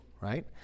right